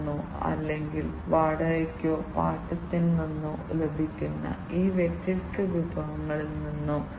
ആർക്കാണ് ഏത് തരത്തിലുള്ള ആകർഷകമായ പ്രോപ്പർട്ടികൾ ഉള്ളത് ഇതെല്ലാം സെൻസറിന്റെ തരത്തെ ആശ്രയിച്ചിരിക്കുന്നു